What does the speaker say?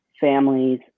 families